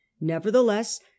nevertheless